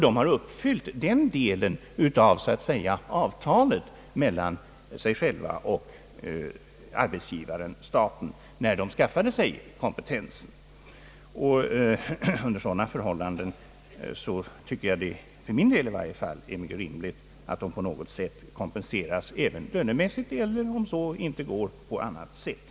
De har uppfyllt den delen av avtalet mellan sig själva och arbetsgivaren-staten när de har skaffat sig kompetensen. Under sådana förhållanden tycker jag att det är rimligt att de kompenseras även lönemässigt, eller, om detta inte går, på annat sätt.